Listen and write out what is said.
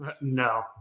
no